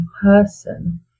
person